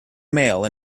male